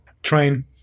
train